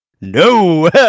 No